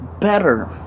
better